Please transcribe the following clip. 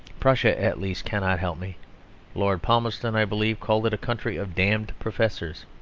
prussia, at least cannot help me lord palmerston, i believe, called it a country of damned professors.